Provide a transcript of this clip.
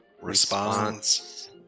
response